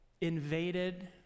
invaded